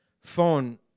phone